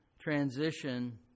transition